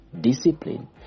discipline